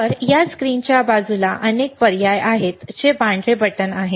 तर या स्क्रीनच्या बाजूला अनेक पर्याय आहेत जे पांढरे बटणे आहेत